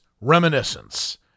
Reminiscence